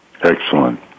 Excellent